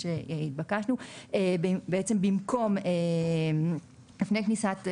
במקום "לפני תחילתן